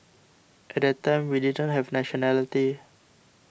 at that time we didn't have nationality